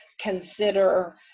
consider